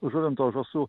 žuvinto žąsų